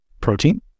protein